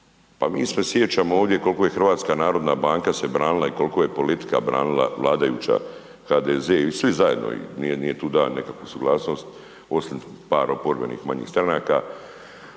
mi se sjećamo ovdje koliko je HNB se branila i koliko je politika branila, vladajuća HDZ i svi zajedno, nije tu dao nekakvu suglasnost osim par oporbenih manjih stranaka